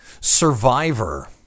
survivor